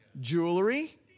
jewelry